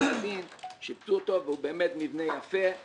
לבתי הדין והוא באמת מבנה יפה,